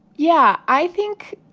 yeah, i think.